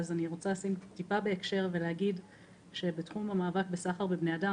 אני רוצה לשים טיפה בהקשר ולהגיד בתחום המאבק בסחר בבני אדם